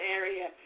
area